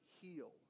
heal